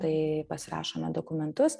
tai pasirašome dokumentus